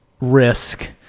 risk